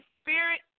spirit